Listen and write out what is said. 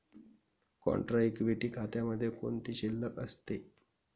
Contra equity खात्यामध्ये कोणती शिल्लक असते?